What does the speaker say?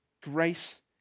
grace